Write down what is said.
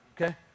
okay